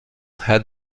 had